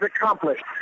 accomplished